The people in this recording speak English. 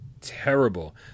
terrible